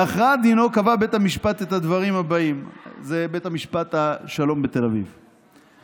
בהכרעת דינו קבע בית המשפט השלום בתל אביב את